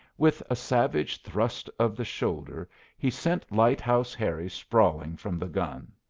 with a savage thrust of the shoulder he sent lighthouse harry sprawling from the gun.